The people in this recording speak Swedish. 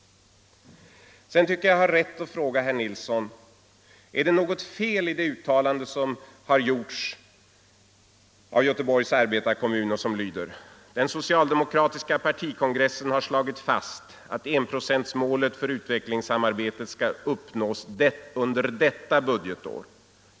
Sedan tycker jag att jag har rätt att fråga herr Nilsson om det är något fel på det uttalande som gjorts av Göteborgs arbetarekommun och som lyder: ”Den socialdemokratiska partikongressen har slagit fast att enprocentsmålet för utvecklingssamarbete ska uppnås under detta budgetår.